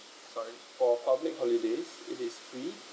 sorry for public holiday it is free